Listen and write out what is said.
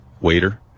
waiter